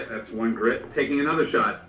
that's one grit. taking another shot.